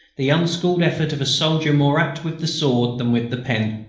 the unschooled effort of a soldier more apt with the sword than with the pen.